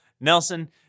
Nelson